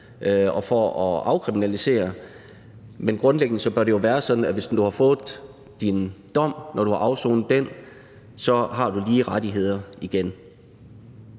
og for at afkriminalisere, men grundlæggende bør det jo være sådan, at hvis du har fået en dom og du har afsonet den, har du lige rettigheder igen.